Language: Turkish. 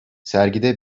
sergide